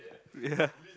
ya